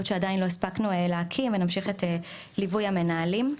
שעדיין לא הספקנו להקים ונמשיך את ליווי המנהלים.